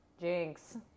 Jinx